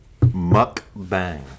Mukbang